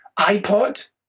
iPod